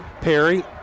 Perry